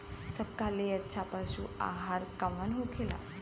सबका ले अच्छा पशु आहार कवन होखेला?